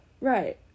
right